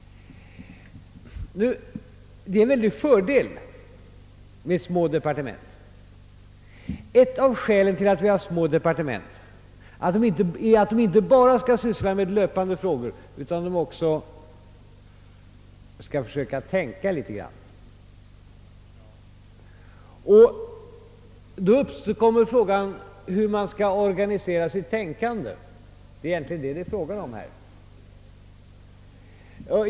Det är en mycket stor fördel med små departement. Ett av skälen till att ha sådana är att de inte bara skall syssla med löpande frågor utan att man där också skall försöka tänka litet. Då uppkommer frågan hur man skall organisera sitt tänkande, Det är egentligen det frågan här gäller.